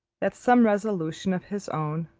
that some resolution of his own,